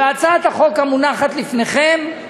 בהצעת החוק המונחת לפניכם,